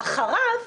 אחריו,